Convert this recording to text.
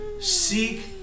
Seek